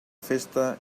festa